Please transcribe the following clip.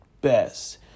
best